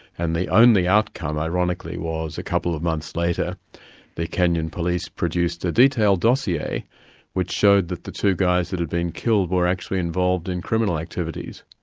and the only outcome, ironically, was a couple of months later the kenyan police produced a detailed dossier which showed that the two guys that had been killed were actually involved in criminal activities,